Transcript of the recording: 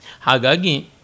Hagagi